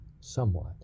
somewhat